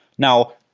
now,